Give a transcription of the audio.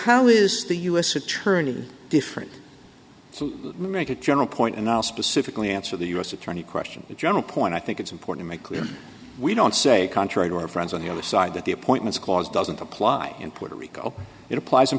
how is the u s attorney different to make a general point and i'll specifically answer the u s attorney question the general point i think it's important make clear we don't say contrary to our friends on the other side that the appointments clause doesn't apply in puerto rico it applies in